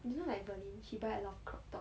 you know like berlin she buy a lot of crop top